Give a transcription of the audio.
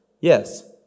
Yes